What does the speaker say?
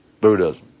Buddhism